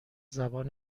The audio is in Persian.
زبان